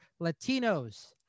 latinos